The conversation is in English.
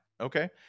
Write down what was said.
Okay